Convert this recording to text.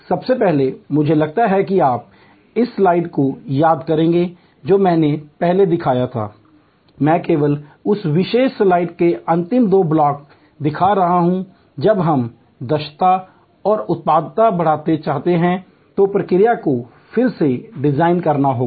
सबसे पहले मुझे लगता है कि आप इस स्लाइड को याद करेंगे जो मैंने पहले दिखाया था मैं केवल उस विशेष स्लाइड के अंतिम दो ब्लॉक दिखा रहा हूं जब हम दक्षता और उत्पादकता बढ़ाना चाहते हैं तो प्रक्रिया को फिर से डिज़ाइन करना होगा